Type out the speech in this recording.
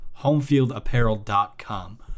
HomeFieldApparel.com